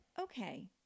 okay